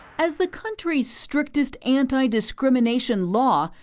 as the country's strict test anti-discrimination law,